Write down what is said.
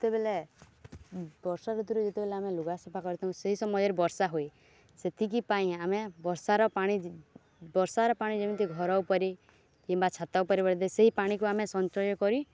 ଯେତେବେଲେ ବର୍ଷା ଋତୁରେ ଯେତେବେଲେ ଆମେ ଲୁଗା ସେଫା କରିଥାଉ ସେହି ସମୟରେ ବର୍ଷା ହୋଇଏ ସେତିକି ପାଇଁ ଆମେ ବର୍ଷାର ପାଣି ବର୍ଷାର ପାଣି ଯେମିତି ଘର ଉପରେ କିମ୍ବା ଛାତ ଉପରେ ପଡ଼େ ସେଇ ପାଣିକୁ ଆମେ ସଞ୍ଚୟ କରି